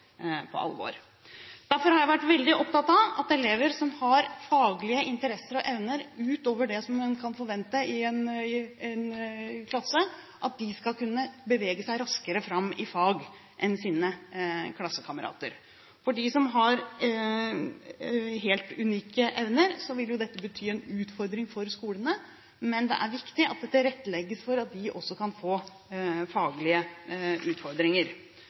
på alvor. Derfor har jeg vært veldig opptatt av at elever som har faglige interesser og evner utover det en kan forvente i en klasse, skal kunne bevege seg raskere fram i fag enn sine klassekamerater. For dem som har helt unike evner, vil jo dette bety en utfordring for skolene, men det er viktig at det tilrettelegges for at de også kan få faglige utfordringer.